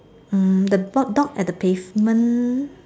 hmm the dog dog at the pavement